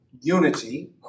unity